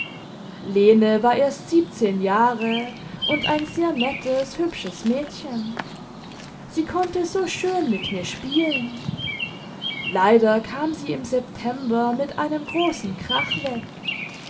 lene war erst siebzehn jahre und ein sehr nettes hübsches mädchen sie konnte so schön mit mir spielen leider kam sie im september mit einem großen krach weg